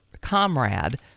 comrade